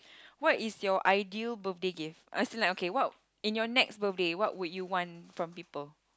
what is your ideal birthday gift as in like okay what in your next birthday what would you want from people